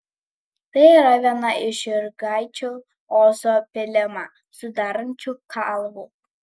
tai yra viena iš jurgaičių ozo pylimą sudarančių kalvų